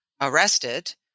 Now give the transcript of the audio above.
Arrested